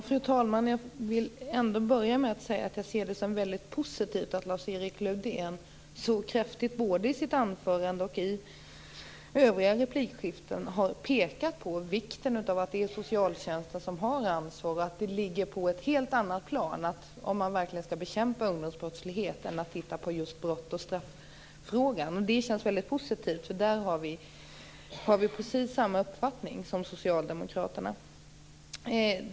Fru talman! Jag ser det som positivt att Lars-Erik Lövdén så kraftigt i anförandet och i övriga replikskiften har pekat på vikten av att det är socialtjänsten som har ansvaret. Det ligger på ett helt annat plan att bekämpa ungdomsbrottsligheten än att titta just på frågan om brott och straff. Det är positivt. Där har vi precis samma uppfattning som socialdemokraterna.